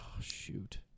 shoot